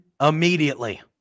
immediately